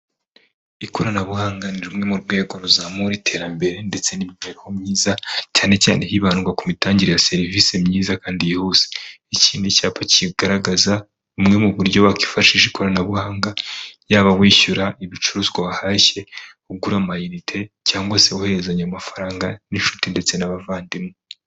Ikoranabuhanga ni ru rimwe mu rwego ruzamura iterambere ndetse n'imibereho myiza cyane cyane hibandwa ku mitangire ya serivisi myiza kandi yihuse, iki ni icyapa kigaragaza bumwe mu buryo wakifashisha ikoranabuhanga yaba wishyura ibicuruzwa wahashye, ugura amayinite cyangwa se woheherezanya amafaranga n'inshuti ndetse n'abavandimwe.